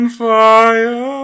fire